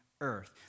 earth